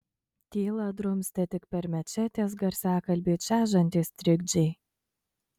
tylą drumstė tik per mečetės garsiakalbį čežantys trikdžiai